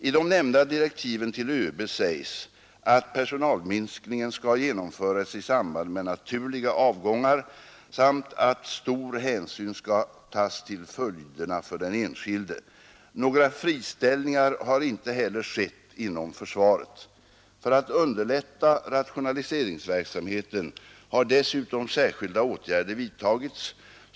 I de nämnda direktiven till överbefälhavaren sägs att personalminskningen skall genomföras i samband med naturliga avgångar samt att stor hänsyn skall tas till följderna för den enskilde. Några friställningar har inte heller skett inom försvaret. För att underlätta rationaliseringsverksamheten har dessutom särskilda åtgärder vidtagits.